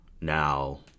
now